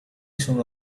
sono